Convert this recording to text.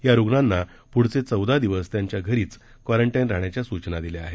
या रूणांना पुढचे चौदा दिवस त्यांच्या घरीच क्वारंटाईन राहण्याच्या सूचना दिल्या आहेत